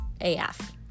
AF